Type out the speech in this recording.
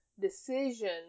decision